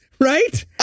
Right